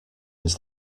his